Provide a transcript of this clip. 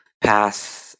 pass